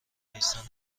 نیسان